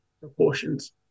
proportions